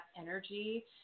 energy